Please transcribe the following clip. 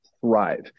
thrive